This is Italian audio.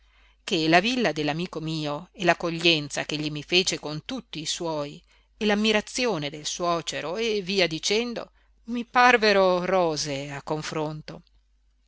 che la villa dell'amico mio e l'accoglienza ch'egli mi fece con tutti i suoi e l'ammirazione del suocero e via dicendo mi parvero rose a confronto